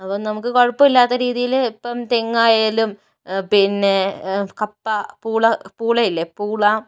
അപ്പം നമുക്ക് കുഴപ്പമില്ലാത്ത രീതിയില് ഇപ്പം തെങ്ങായാലും പിന്നെ കപ്പ പൂള പൂളയില്ലേ പൂള